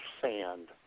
sand